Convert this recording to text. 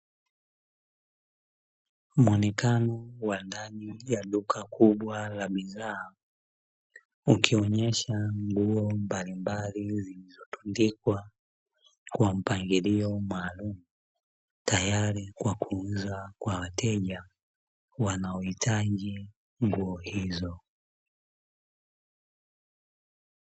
Muonekano wa ndani ya duka kubwa la bidhaa ukionyesha nguo mbalimbali, zilizotundikwa kwa mpangilio maalumu tayari kwa kuuzwa kwa wateja wanaohitaji nguo hizo.